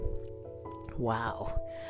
Wow